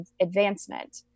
advancement